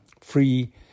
free